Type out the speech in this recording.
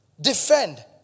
defend